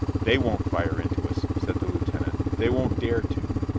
they won't fire into us, said the lieutenant. they won't dare to.